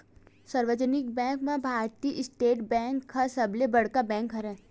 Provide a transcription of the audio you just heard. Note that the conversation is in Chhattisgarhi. सार्वजनिक बेंक म भारतीय स्टेट बेंक ह सबले बड़का बेंक हरय